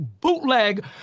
bootleg